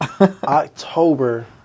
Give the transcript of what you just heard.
October